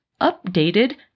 updated